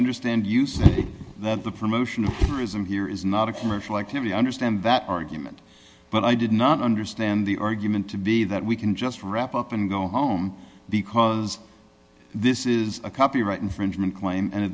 understand you say that the promotion of terrorism here is not a commercial activity i understand that argument but i did not understand the argument to be that we can just wrap up and go home because this is a copyright infringement claim and